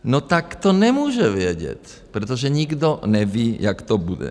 No tak to nemůže vědět, protože nikdo neví, jak to bude.